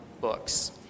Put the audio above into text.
books